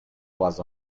was